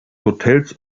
hotels